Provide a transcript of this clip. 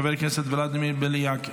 חבר הכנסת ולדימיר בליאק,